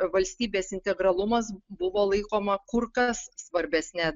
valstybės integralumas buvo laikoma kur kas svarbesne